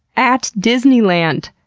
at disneyland.